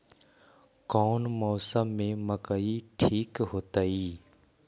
कौन मौसम में मकई ठिक होतइ?